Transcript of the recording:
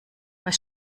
was